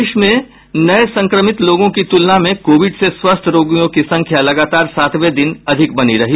देश में नए संक्रमित लोगों की तुलना में कोविड से स्वस्थ रोगियों की संख्या लगातार सातवें दिन अधिक बनी रही